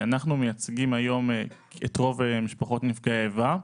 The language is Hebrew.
אנחנו מייצגים היום את רוב משפחות נפגעי האיבה,